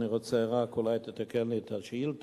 אני רוצה רק שתתקן לי את השאילתא.